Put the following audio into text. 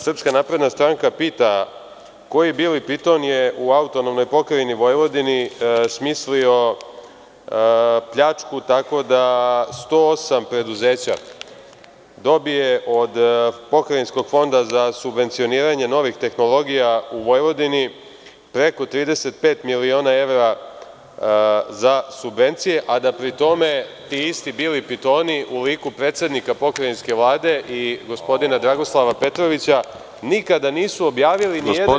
Srpska napredna stranka pita koji Bili Piton je u AP Vojvodini smislio pljačku tako da 108 preduzeća dobije od Pokrajinskog fonda za subvencioniranje novih tehnologija u Vojvodini preko 35 miliona evra za subvencije a da pri tome ti isti Bili Pitoni u liku predsednika pokrajinske Vlade i gospodina Dragoslava Petrovića nikada nisu objavili ni jedan jedini ugovor…